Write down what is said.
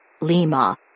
Lima